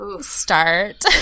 start